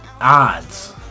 odds